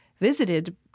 visited